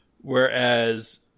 whereas